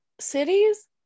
cities